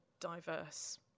diverse